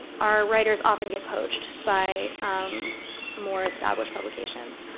our writers often get poached by more established publications.